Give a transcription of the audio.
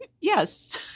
yes